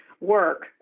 work